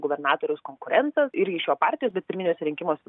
gubernatoriaus konkurentas irgi iš jo partijos bet pirminiuose rinkimuose